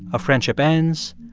a friendship ends,